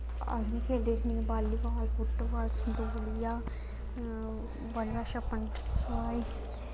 अस बी खेलदे जियां बालीबाल फुटबाल संतोलिया बालीबाल छप्पन छुपाई